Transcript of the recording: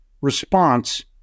response